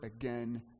again